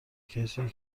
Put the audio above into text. کسیه